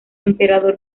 emperador